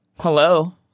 Hello